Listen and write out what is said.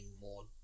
more